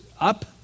up